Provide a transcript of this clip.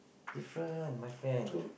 different my friend